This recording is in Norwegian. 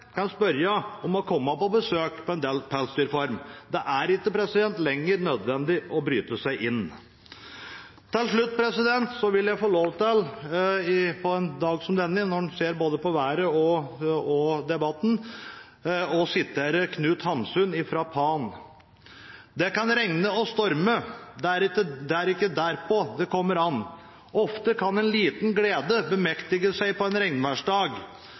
kan spørre om å få komme på besøk til en pelsdyrfarm. Det er ikke lenger nødvendig å bryte seg inn. Til slutt vil jeg få lov til, på en dag som denne, når en ser både på været og på debatten, å sitere Knut Hamsun, fra boka Pan: «Det kan regne og storme, det er ikke derpaa det kommer an, ofte kan en liden Glæde bemægtige sig én på en